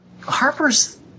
harper's